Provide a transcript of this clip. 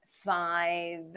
five